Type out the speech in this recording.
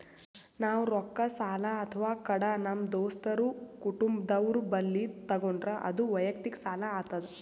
ನಾವ್ ರೊಕ್ಕ ಸಾಲ ಅಥವಾ ಕಡ ನಮ್ ದೋಸ್ತರು ಕುಟುಂಬದವ್ರು ಬಲ್ಲಿ ತಗೊಂಡ್ರ ಅದು ವಯಕ್ತಿಕ್ ಸಾಲ ಆತದ್